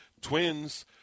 Twins